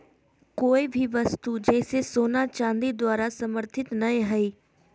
कोय भी वस्तु जैसे सोना चांदी द्वारा समर्थित नय हइ